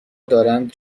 دارند